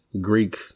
Greek